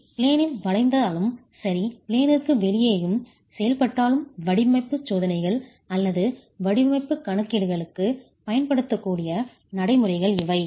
எனவே பிளேனில் வளைந்தாலும் சரி பிளேனிற்கு வெளியேயும் செய்யப்பட்டாலும் வடிவமைப்புச் சோதனைகள் அல்லது வடிவமைப்புக் கணக்கீடுகளுக்குப் பயன்படுத்தக்கூடிய நடைமுறைகள் இவை